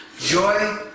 Joy